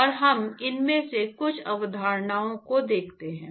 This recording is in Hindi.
और हम इनमें से कुछ अवधारणाओं को देखते हैं